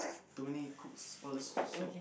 too many cooks for this soup